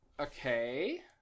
Okay